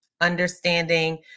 Understanding